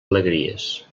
alegries